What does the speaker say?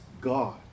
God